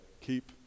keep